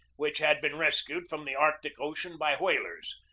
which had been rescued from the arctic ocean by whalers,